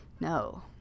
No